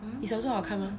你小时候好看吗